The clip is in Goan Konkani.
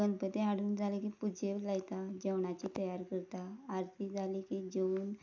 गणपती हाडून जालें की पुजेक लायता जेवणाची तयारी करता आरती जाली की जेवून